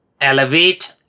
Elevate